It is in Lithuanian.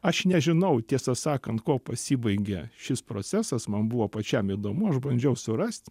aš nežinau tiesą sakant kuo pasibaigė šis procesas man buvo pačiam įdomu aš bandžiau surasti